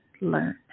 learn